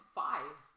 five